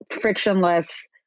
frictionless